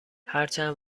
هرچند